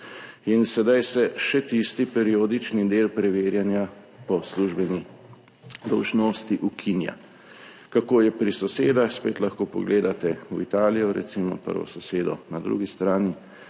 in sedaj se še tisti periodični del preverjanja po službeni dolžnosti ukinja. Kako je pri sosedah, spet lahko pogledate v Italijo, recimo, prvo sosedo na drugi strani,